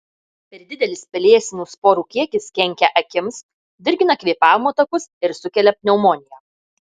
per didelis pelėsinių sporų kiekis kenkia akims dirgina kvėpavimo takus ir sukelia pneumoniją